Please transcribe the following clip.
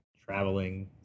traveling